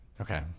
Okay